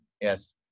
Yes